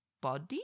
body